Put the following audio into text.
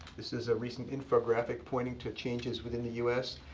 this is a recent infographic pointing to changes within the us.